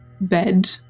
bed